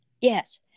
Yes